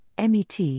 MET